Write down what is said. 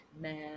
man